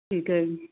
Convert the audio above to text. ਠੀਕ ਹੈ ਜੀ